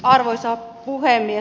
arvoisa puhemies